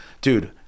dude